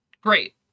Great